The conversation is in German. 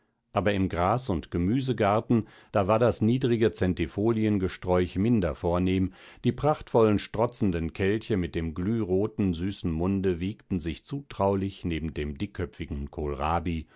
aber im gras und gemüsegarten da war das niedrige zentifoliengesträuch minder vornehm die prachtvollen strotzenden kelche mit dem glühroten süßen munde wiegten sich zutraulich neben dem dickköpfigen kohlrabi